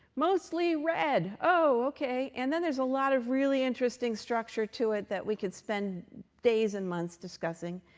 mostly red. oh, ok. and then there's a lot of really interesting structure to it that we could spend days and months discussing.